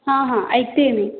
हां हां ऐकते आहे मी